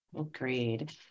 Agreed